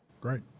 Great